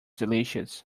delicious